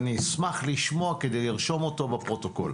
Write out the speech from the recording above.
אני אשמח לשמוע כדי לרשום אותו בפרוטוקול